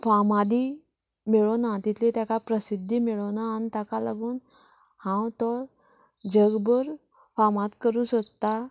फामादी मेळूना तितली तेकां प्रसिध्दी मेळूना आनी ताका लागून हांव तो जगभर फामाद करूंक सोदता